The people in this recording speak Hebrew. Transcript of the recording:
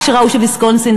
כשראו שוויסקונסין,